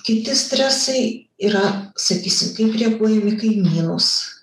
kiti stresai yra sakysim kaip reaguojam į kaimynus